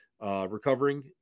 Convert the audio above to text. recovering